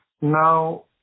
now